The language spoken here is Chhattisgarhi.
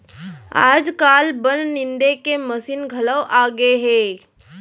आजकाल बन निंदे के मसीन घलौ आगे हे